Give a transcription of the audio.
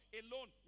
alone